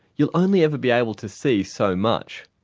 you'll only ever be able to see so much.